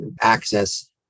access